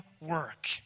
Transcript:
work